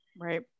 Right